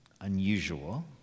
unusual